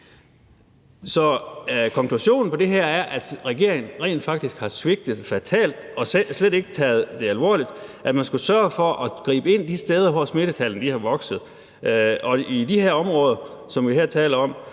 Så konklusionen på det her er, at regeringen rent faktisk har svigtet fatalt og slet ikke taget det alvorligt, at man skulle sørge for at gribe ind de steder, hvor smittetallene er vokset. Og i de områder, som vi her taler om,